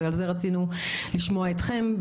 ועל זה רצינו לשמוע אתכם.